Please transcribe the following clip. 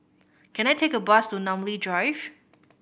can I take a bus to Namly Drive